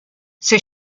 ces